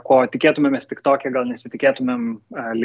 ko tikėtumėmės tik toke gal nesitikėtumėm li